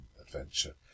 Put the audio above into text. adventure